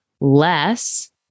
less